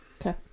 Okay